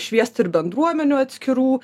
šviest ir bendruomenių atskirų